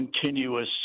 continuous